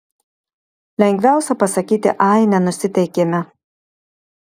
lengviausia pasakyti ai nenusiteikėme